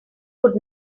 could